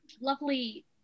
lovely